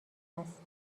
است